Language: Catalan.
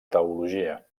teologia